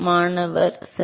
மாணவர் சார்